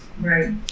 Right